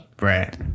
Right